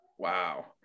Wow